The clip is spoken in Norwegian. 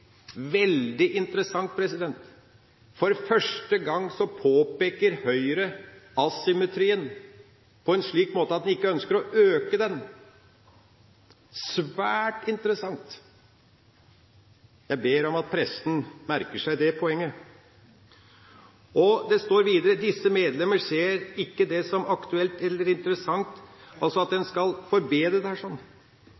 veldig interessant! For første gang påpeker Høyre asymmetrien på en slik måte at man ikke ønsker å øke den. Det er svært interessant. Jeg ber om at pressen merker seg det poenget. Det står videre: «Disse medlemmer ser ikke dette som aktuelt eller interessant», – altså at en